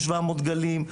700 דגלים,